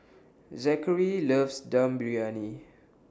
Zackary loves Dum Briyani